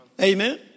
Amen